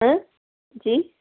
हा जी